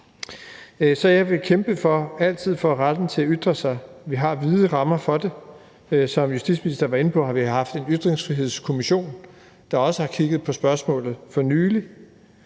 Så jeg vil altid kæmpe for retten til at ytre sig, og vi har vide rammer for det. Som justitsministeren var inde på, har vi haft en Ytringsfrihedskommission, der også for nylig har kigget på spørgsmålet.